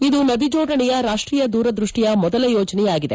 ಇದು ನದಿ ಜೋಡಣೆಯ ರಾಷ್ಟೀಯ ದೂರದೃಷ್ಟಿಯ ಮೊದಲ ಯೋಜನೆಯಾಗಿದೆ